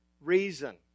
reason